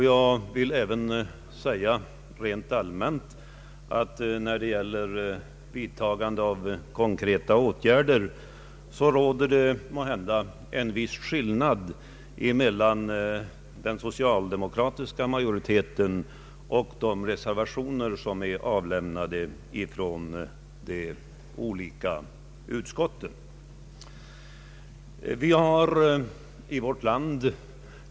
Jag vill också säga rent allmänt att när det gäller vidtagande av konkreta åtgärder råder det måhända en viss skillnad mellan den socialdemokratiska majoriteten och de reservationer som är avlämnade från de olika utskotten.